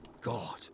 god